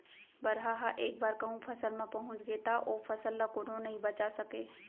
बरहा ह एक बार कहूँ फसल म पहुंच गे त ओ फसल ल कोनो नइ बचा सकय